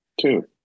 two